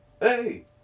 Hey